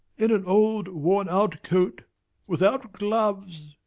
in an old worn-out coat without gloves!